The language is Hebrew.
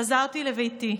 חזרתי לביתי.